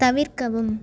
தவிர்க்கவும்